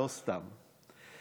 לא סתם.